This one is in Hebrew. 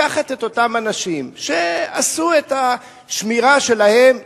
לקחת את אותם אנשים שעשו את השמירה שלהם,